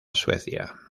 suecia